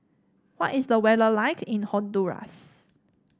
what is the weather like in Honduras